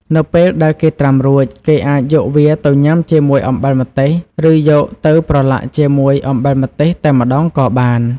នៅពេលដែលគេត្រាំរួច គេអាចយកវាទៅញុាំជាមួយអំបិលម្ទេស ឬយកទៅប្រឡាក់ជាមួយអំបិលម្ទេសតែម្តងក៏បាន។